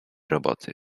roboty